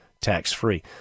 tax-free